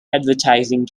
advertising